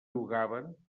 jugaven